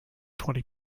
twenty